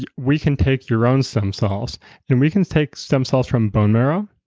yeah we can take your own stem cells and we can take stem cells from bone marrow,